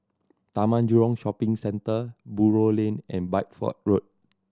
Taman Jurong Shopping Centre Buroh Lane and Bideford Road